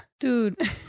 Dude